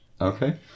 okay